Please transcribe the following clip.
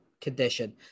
condition